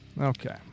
Okay